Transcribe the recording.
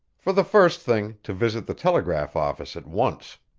for the first thing, to visit the telegraph office at once.